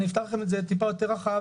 אפתח את זה טיפה יותר רחב,